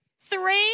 Three